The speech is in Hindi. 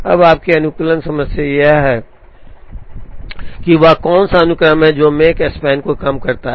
अब आपकी अनुकूलन समस्या यह है कि वह कौन सा अनुक्रम है जो मकस्पैन को कम करता है